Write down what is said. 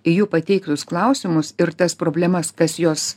į jų pateiktus klausimus ir tas problemas kas juos